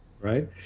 right